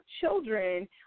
children